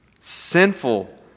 sinful